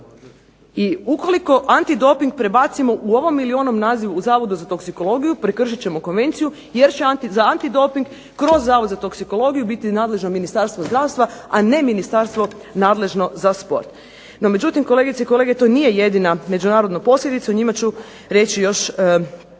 i ukoliko antidoping prebacimo u ovom ili onom nazivu u Zavod za toksikologiju prekršit ćemo konvenciju jer će za antidopig kroz Zavod za toksikologiju biti nadležno Ministarstvo zdravstva, a ne ministarstvo nadležno za sport. No, međutim kolegice i kolege to nije jedina međunarodna posljedica o njima ću reći još